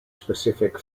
specific